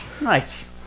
Nice